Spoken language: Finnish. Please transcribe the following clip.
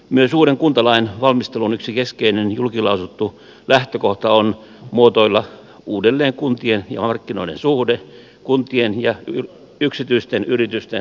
myös uuden kuntalain valmistelun yksi keskeinen julkilausuttu lähtökohta on muotoilla uudelleen kuntien ja markkinoiden suhde kuntien ja yksityisten yritysten suhde